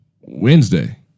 Wednesday